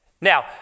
now